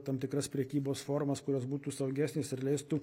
tam tikras prekybos formas kurios būtų saugesnės ir leistų